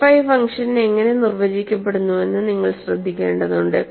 FI function എങ്ങനെ നിർവചിക്കപ്പെടുന്നുവെന്ന് നിങ്ങൾ ശ്രദ്ധിക്കേണ്ടതുണ്ട്